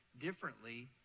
differently